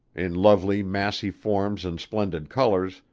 in lovely massy forms and splendid colors,